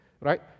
Right